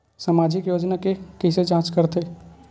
सामाजिक योजना के कइसे जांच करथे?